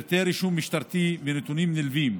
פרטי רישום משטרתי ונתונים נלווים.